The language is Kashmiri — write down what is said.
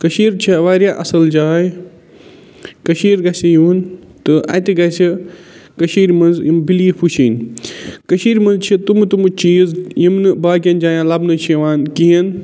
کٔشیٖر چھےٚ واریاہ اَصٕل جاے کٔشیٖرِ گژھِ یُن اَتہِ گژھِ کٔشیٖرِ منٛز یِم بِلیٖف وُچِھنۍ کٔشیٖرِ منٛز چھِ تٔمہٕ تٔمہٕ چیٖز یِم نہٕ باقِیَن جایَن لبنہٕ چھِ یِوان کِہیٖنۍ